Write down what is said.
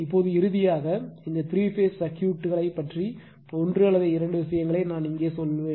இப்போதுஇறுதியாக இந்த three phase சர்க்யூட்களை பற்றி ஒன்று அல்லது இரண்டு விஷயங்களை நான் இங்கே சொல்லுவேன்